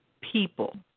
people